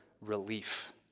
relief